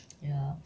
ya